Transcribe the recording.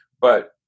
but-